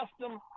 custom